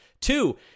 Two